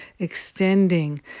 Extending